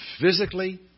physically